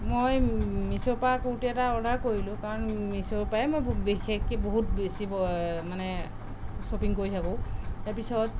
মই মিছ'অৰপৰা কুৰ্তী এটা অৰ্ডাৰ কৰিলোঁ কাৰণ মিছ'অৰপৰাই মই বিশেষকৈ বহুত বেছি ব মানে শ্ব'পিং কৰি থাকোঁ তাৰপিছত